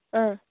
ꯑ